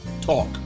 talk